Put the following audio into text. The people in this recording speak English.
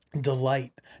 delight